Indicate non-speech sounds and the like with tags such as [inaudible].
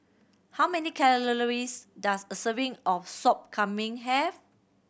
how many [unintelligible] does a serving of Sop Kambing have